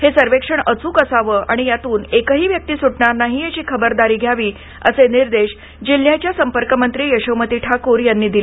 हे सर्वेक्षण अचूक असावं आणि त्यातून एकही व्यक्ती सुटणार नाही याची खबरदारी घ्यावी असे निर्देश जिल्ह्याच्या संपर्कमंत्री यशोमती ठाकूर यांनी दिले